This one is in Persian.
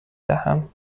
دهم